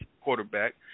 Quarterback